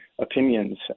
opinions